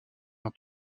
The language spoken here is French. dans